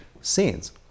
scenes